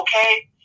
okay